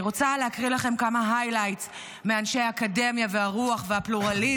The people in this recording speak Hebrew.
אני רוצה להקריא לכם כמה highlights מאנשי האקדמיה והרוח והפלורליזם.